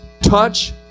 touch